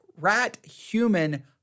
rat-human